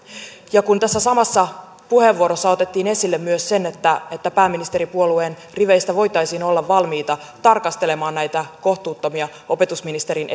kun tässä samassa puheenvuorossa otettiin esille myös se että pääministeripuolueen riveistä voitaisiin olla valmiita tarkastelemaan näitä kohtuuttomia opetusministerin